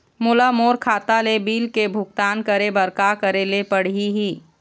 मोला मोर खाता ले बिल के भुगतान करे बर का करेले पड़ही ही?